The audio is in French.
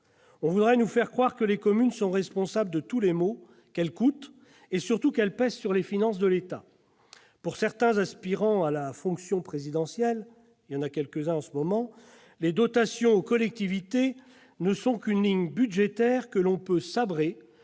On voudrait nous faire croire que les communes sont responsables de tous les maux, qu'elles coûtent et, surtout, qu'elles pèsent sur les finances de l'État. Pour certains aspirants à la fonction présidentielle- il y en a quelques-uns en ce moment !-, les dotations aux collectivités ne sont qu'une ligne budgétaire que l'on peut sabrer